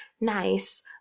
nice